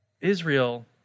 Israel